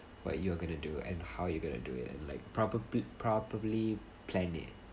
what you're gonna do and how you're gonna to do it like probably probably plan it